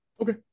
Okay